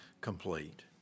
complete